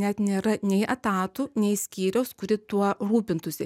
net nėra nei etatų nei skyriaus kuri tuo rūpintųsi